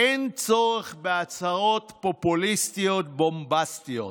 אין צורך בהצהרות פופוליסטיות בומבסטיות.